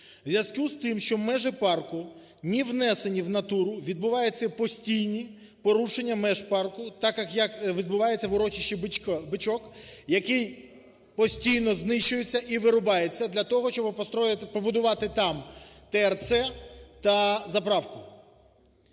зв'язку з тим, що межі парку не внесені в натуру, відбуваються постійні порушення меж парку, так як відбувається в урочищі Бичок, який постійно знищується і вирубається для того, щоби побудувати там ТРЦ та заправку.